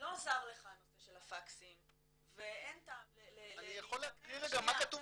לא עזר לך הנושא של הפקסים ואין טעם -- אני יכול להקריא רגע מה כתוב